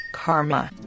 karma